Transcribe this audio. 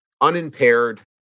unimpaired